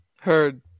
heard